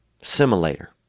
simulator